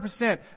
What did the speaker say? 100%